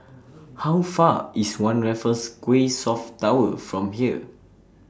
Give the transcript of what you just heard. How Far IS one Raffles Quay South Tower from here